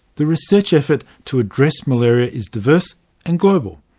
the research effort to address malaria is diverse and global.